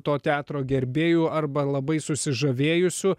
to teatro gerbėjų arba labai susižavėjusių